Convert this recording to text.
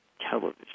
television